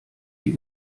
die